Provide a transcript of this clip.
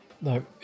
no